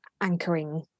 anchoring